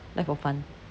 like for fun